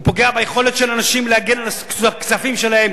הוא פוגע ביכולת של אנשים להגן על הכספים שלהם,